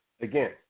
again